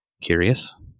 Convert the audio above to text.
curious